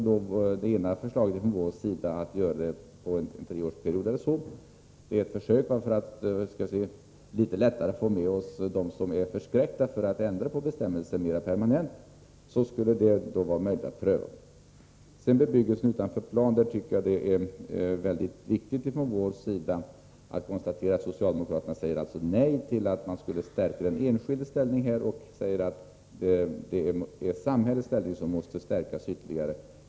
Vårt ena förslag att göra detta under en treårsperiod skall ses som ett försök att lättare få med dem som är förskräckta över att mer permanent ändra bestämmelserna. Vad gäller bebyggelsen utanför byggnadsplan konstaterar vi att socialdemokraterna säger nej till att stärka den enskildes ställning. Man säger att det är samhällets ställning som måste stärkas ytterligare.